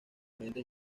agentes